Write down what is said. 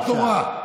דבר תורה.